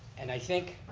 and i think,